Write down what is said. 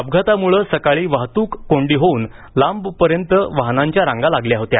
अपघातामुळे सकाळी वाहतूक कोंडी होऊन लांबपर्यंत वाहनांच्या रांगा लागल्या होत्या